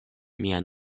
mia